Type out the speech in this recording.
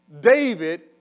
David